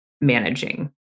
managing